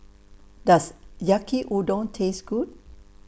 Does Yaki Udon Taste Good